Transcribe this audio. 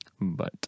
but-